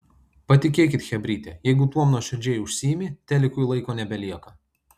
patikėkit chebryte jeigu tuom nuoširdžiai užsiimi telikui laiko nebelieka